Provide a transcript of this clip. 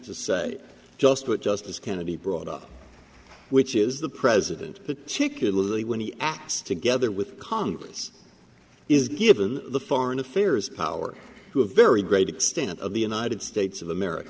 to say just what justice kennedy brought up which is the president particularly when he acts together with congress is given the foreign affairs power to a very great extent of the united states of america